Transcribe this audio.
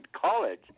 college